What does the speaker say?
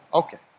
okay